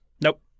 Nope